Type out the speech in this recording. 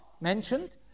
mentioned